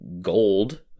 gold